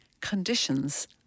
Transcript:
Conditions